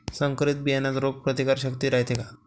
संकरित बियान्यात रोग प्रतिकारशक्ती रायते का?